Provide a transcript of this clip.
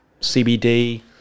CBD